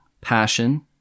passion